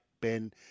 Ben –